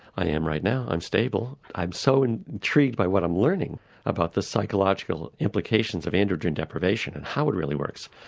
i am right now, i'm stable. i'm so and intrigued by what i'm learning about the psychological indications of androgen deprivation and how it really works.